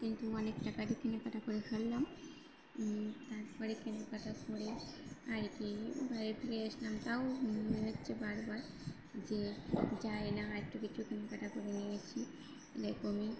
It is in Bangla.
কিন্তু অনেক টাকারই কেনাকাটা করে ফেললাম তার পরে কেনাকাটা করে আর কি বাড়ি ফিরে আসলাম তাও মনে হচ্ছে বারবার যে যাই না একটু কিছু কেনাকাটা করে নিয়ে আসি এরকমই